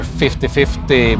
50-50